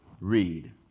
read